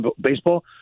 baseball